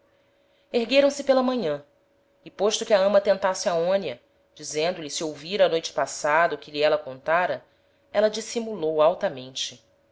ergueram-se pela manhan e posto que a ama tentasse aonia dizendo-lhe se ouvira a noite passada o que lhe éla contara éla dissimulou altamente